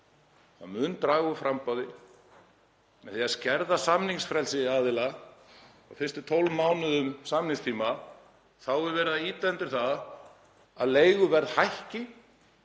það mun draga úr framboði. Með því að skerða samningsfrelsi aðila á fyrstu 12 mánuðum samningstíma er verið að ýta undir það að leiguverð hækki